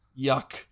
Yuck